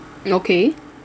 okay